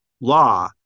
law